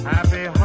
Happy